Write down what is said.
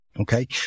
Okay